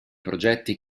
progetti